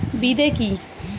বিদে কি?